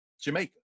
Jamaica